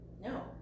No